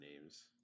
names